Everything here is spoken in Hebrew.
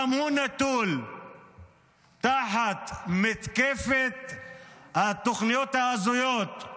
גם הוא מצוי תחת מתקפת התוכניות הזויות של